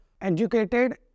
educated